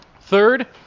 Third